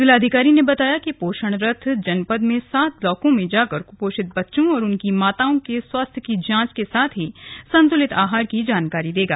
जिलाधिकारी ने बताया कि पोषण रथ जनपद में सात ब्लॉकों में जाकर क्पोषित बच्चों और उनकी माताओं के स्वास्थ्य की जांच के साथ ही संतुलित आहार की जानकारी देगा